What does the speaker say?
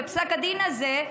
בפסק הדין הזה,